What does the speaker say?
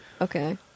Okay